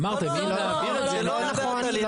אמרתם אם נעביר את זה --- זה לא הא בהא תליה,